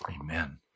Amen